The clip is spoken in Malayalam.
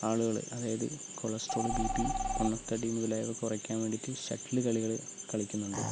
ആളുകള് അതായത് കൊളസ്ട്രോള് ബി പി പൊണ്ണത്തടി മുതലായവ കുറക്കാൻ വേണ്ടിയിട്ട് ഷട്ടിൽ കളികൾ കളിക്കുന്നുണ്ട്